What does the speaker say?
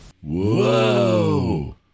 Whoa